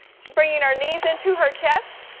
she's bringing our knees into her chest.